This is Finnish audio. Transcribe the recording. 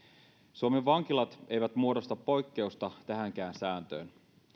suomen vankilat eivät muodosta poikkeusta tähänkään sääntöön